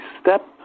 step